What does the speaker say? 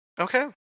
Okay